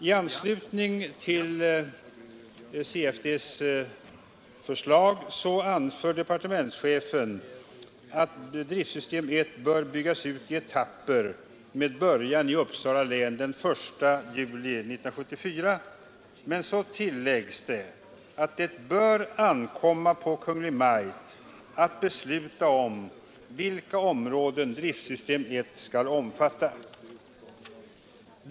I anslutning till CFD:s förslag anför departementschefen att driftsystem 1 bör byggas ut i etapper med början i Uppsala län den 1 juli 1974 samt att det bör ankomma på Kungl. Maj:t att besluta om vilka områden driftsystem 1 skall omfatta i övrigt.